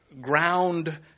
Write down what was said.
ground